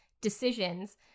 decisions